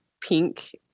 pink